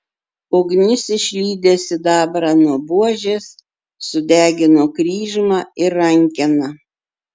ugnis išlydė sidabrą nuo buožės sudegino kryžmą ir rankeną